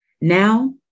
Now